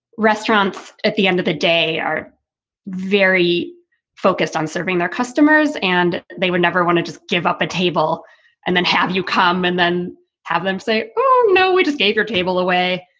restaurants at the end of the day are very focused on serving their customers and they would never want to just give up a table and then have you come and then have them say, oh no, we just gave your table away.